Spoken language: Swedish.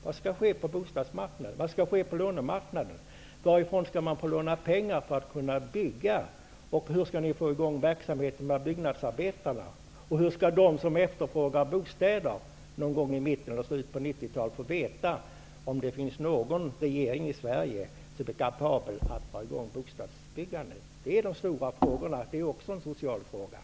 Vad skall ske på bostadsmarknaden, på lånemarknaden? Var skall man få låna pengar för att kunna bygga? Hur skall ni få i gång verksamheten bland byggnadsarbetarna? Hur skall de som efterfrågar bostäder någon gång i mitten eller i slutet av 1990-talet få veta om regeringen är kapabel att få i gång bostadsbyggandet? Det är de stora frågorna som också är sociala frågor.